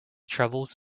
travels